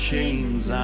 chains